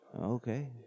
Okay